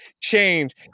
change